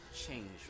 change